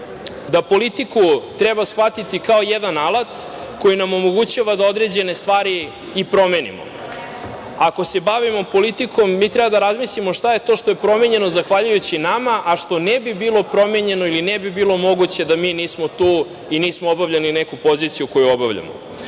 da politiku treba shvatiti kao jedan alat koji nam omogućava da određene stvari i promenimo. Ako se bavimo politikom, mi treba da razmislimo šta je to što je promenjeno zahvaljujući nama, a što ne bi bilo promenjeno ili ne bi bilo moguće da mi nismo tu i nismo obavljali neku poziciju koju obavljamo.